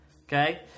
okay